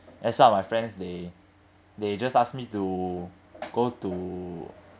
and some of my friends they they just ask me to go to